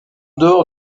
dehors